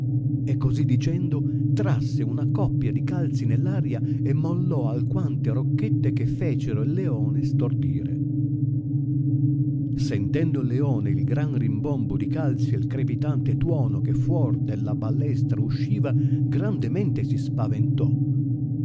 e cosi dicendo trasse una coppia di calzi neir aria e mollò alquante rocchette che fecero il leone stordire sentendo il leone il gran rimbombo di calzi il crepitanti tuono che fuor della ballestra usciva grandemente si spaventò